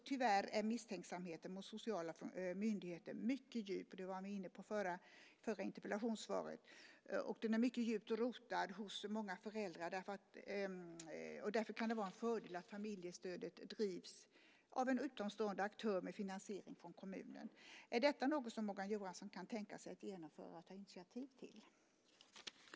Tyvärr är misstänksamheten mot sociala myndigheter mycket djupt rotad hos många föräldrar, vilket togs upp i den förra interpellationsdebatten. Därför kan det vara en fördel att familjestödet drivs av en utomstående aktör med finansiering från kommunen. Är detta något som Morgan Johansson kan tänka sig att ta initiativ till och genomföra?